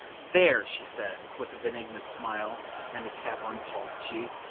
there, she said, with a benignant smile and a tap on paul's cheek,